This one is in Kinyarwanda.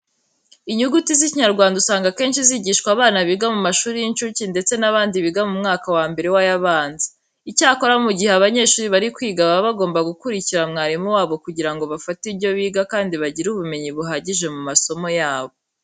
Inyuguti z'Ikinyarwanda usanga akenshi zigishwa abana biga mu mashuri y'incuke ndetse n'abandi biga mu mwaka wa mbere w'ay'abanza. Icyakora mu gihe abanyeshuri bari kwiga baba bagomba gukurikira umwarimu wabo kugira ngo bafate ibyo biga kandi bagire ubumenyi buhagije ku masomo yabo.